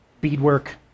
Beadwork